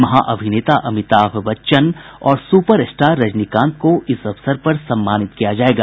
महाअभिनेता अमिताभ बच्चन और super star Rajinikanth को इस अवसर पर सम्मानित किया जाएगा